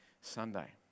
Sunday